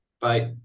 Bye